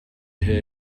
hear